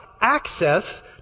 access